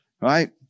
Right